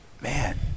Man